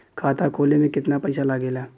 खाता खोले में कितना पईसा लगेला?